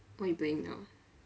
what you playing now